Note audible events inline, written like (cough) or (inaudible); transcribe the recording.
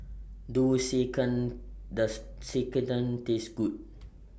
Do (unintelligible) Does (unintelligible) Taste Good